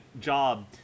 job